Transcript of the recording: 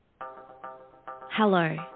Hello